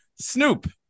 snoop